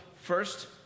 first